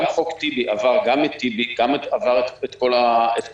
גם חוק טיבי עבר גם את טיבי, עבר את כל הרשויות.